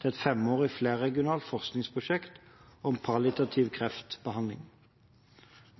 til et femårig flerregionalt forskningsprosjekt om palliativ kreftbehandling.